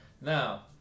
Now